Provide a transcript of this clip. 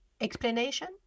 explanation